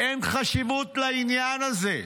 אין חשיבות לעניין הזה.